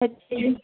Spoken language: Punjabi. ਅੱਛਾ ਜੀ